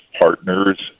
partners